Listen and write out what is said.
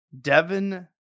Devin